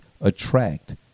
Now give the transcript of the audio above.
attract